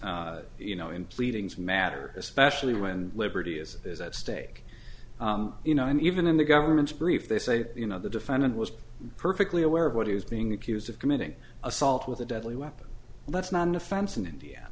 and you know in pleadings matter especially when liberty is is at stake you know and even in the government's brief they say you know the defendant was perfectly aware of what he was being accused of committing assault with a deadly weapon and that's not an offense in india